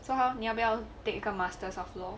so how 你要不要 take 一个 masters of law